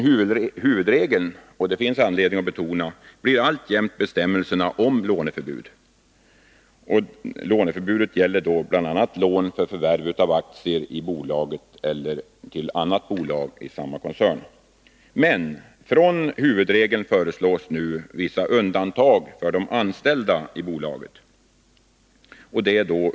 Huvudregeln — och det finns anledning att betona detta — blir alltjämt bestämmelserna om låneförbud, bl.a. gällande lån för förvärv av aktier i bolaget eller i annat bolag i samma koncern. Men från denna huvudregel föreslås nu visst undantag för de anställda i bolaget.